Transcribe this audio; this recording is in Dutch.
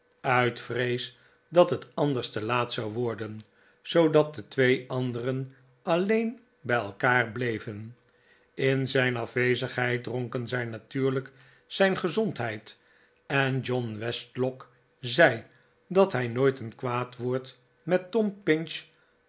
uit vrees dat het anders te laat zou worden zoodat de twee anderen alleen bij elkaar bleven in zijn afwezigheid dronken zij natuuriijk zijn gezondheid en john westlock zei dat hij nooit een kwaad woord met tom pinch